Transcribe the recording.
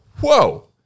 whoa